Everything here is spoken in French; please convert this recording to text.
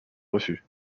refus